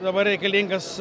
dabar reikalingas